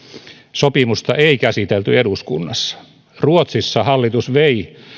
sopimusta ei käsitelty eduskunnassa ruotsissa hallitus vei